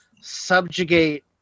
subjugate